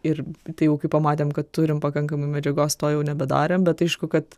ir tai jau kai pamatėm kad turim pakankamai medžiagos to jau nebedarėm bet aišku kad